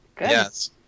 Yes